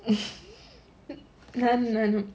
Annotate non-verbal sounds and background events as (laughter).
(laughs) நான் நானு:naan naanu